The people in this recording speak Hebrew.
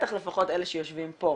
בטח לפחות אלה שיושבים פה.